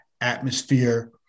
atmosphere